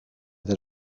that